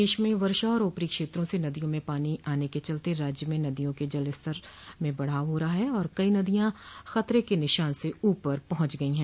प्रदेश में वर्षा और ऊपरी क्षेत्रों से नदियों में पानो आने के चलते राज्य में नदियों में जलस्तर बढ़ रहा है और कई नदियां खतरे के निशान से ऊपर पहुंच गई हैं